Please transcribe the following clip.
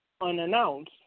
unannounced